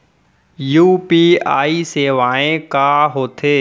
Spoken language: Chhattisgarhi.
यू.पी.आई सेवाएं का होथे?